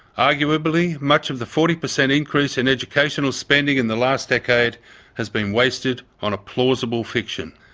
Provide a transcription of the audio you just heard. arguably much of the forty percent increase in educational spending in the last decade has been wasted on a plausible fiction.